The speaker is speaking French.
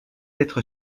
être